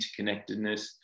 interconnectedness